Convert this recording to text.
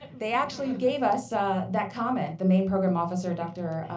they actually gave us that comment, the main program officer dr.